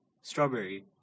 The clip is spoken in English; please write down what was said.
strawberry